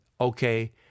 okay